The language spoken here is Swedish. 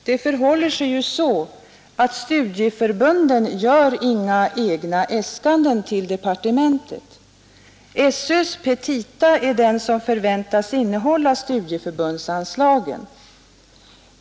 Det förhåller sig ju så att studieförbunden gör inga egna äskanden till departementet. Skolöverstyrelsens petita är den handling som förväntas innehålla studieförbundsanslagen.